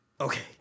Okay